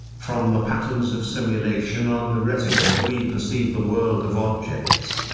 from the patterns of simulation on the retinas we perceive the world of objects,